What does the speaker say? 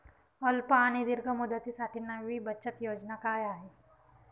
अल्प आणि दीर्घ मुदतीसाठी नवी बचत योजना काय आहे?